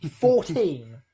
Fourteen